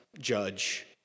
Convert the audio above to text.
judge